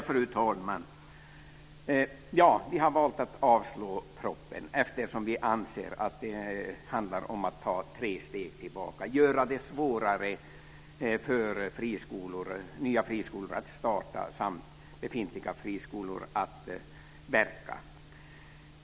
Fru talman! Vi har valt att avslå propositionen eftersom vi anser att den handlar om att ta tre steg tillbaka och göra det svårare för nya friskolor att starta och befintliga friskolor att verka.